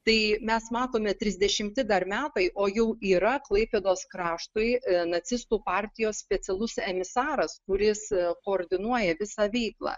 tai mes matome trisdešimti dar metai o jau yra klaipėdos kraštui nacistų partijos specialus emisaras kuris koordinuoja visą veiklą